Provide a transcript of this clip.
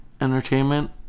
entertainment